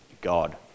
God